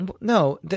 No